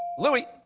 louis?